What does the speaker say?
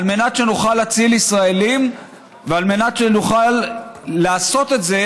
מנת שנוכל להציל ישראלים ועל מנת שנוכל לעשות את זה,